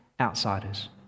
outsiders